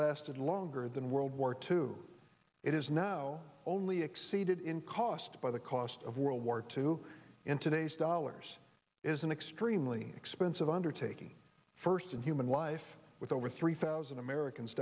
lasted longer than world war two it is now only exceeded in cost by the cost of world war two in today's dollars is an extremely expensive undertaking first in human life with over three thousand americans